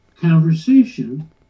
conversation